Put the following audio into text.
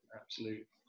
absolute